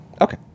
Okay